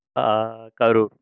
Karur